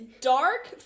dark